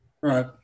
Right